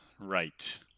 Right